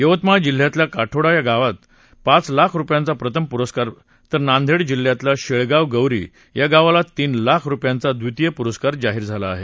यवतमाळ जिल्ह्यातल्या कोठोडा या गावाला पाव लाख रुपयांचा प्रथम पुरस्कार तर नांदेड जिल्ह्यातल्या शेळगाव गौरी या गावाला तीन लाख रुपयांचा द्वितीय पुरस्कार जाहीर झाला आहे